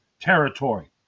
territory